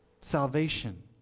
salvation